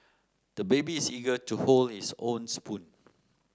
the baby is eager to hold his own spoon